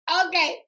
okay